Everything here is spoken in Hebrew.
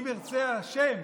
אם ירצה השם